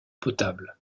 potable